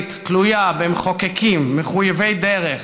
הישראלית תלויה במחוקקים מחויבי דרך